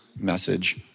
Message